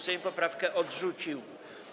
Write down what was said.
Sejm poprawkę odrzucił.